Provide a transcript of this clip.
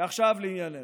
ועכשיו לענייננו.